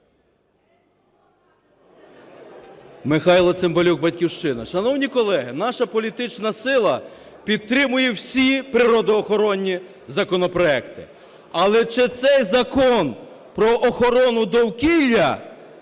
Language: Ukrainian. Михайло Цимбалюк, "Батьківщина". Шановні колеги, наша політична сила підтримує всі природоохоронні законопроекти. Але чи цей закон про охорону довкілля,